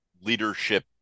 Leadership